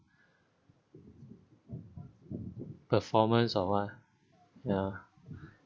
performance or what ya